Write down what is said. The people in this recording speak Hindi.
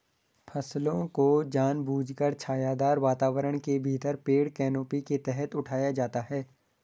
फसलों को जानबूझकर छायादार वातावरण के भीतर पेड़ कैनोपी के तहत उठाया जाता है